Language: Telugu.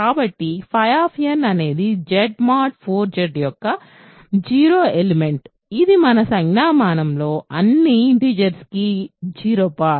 కాబట్టి అనేది Z mod 4 Z యొక్క 0 మూలకం ఇది మన సంజ్ఞామానంలో అన్ని ఇంటిజర్స్ కి 0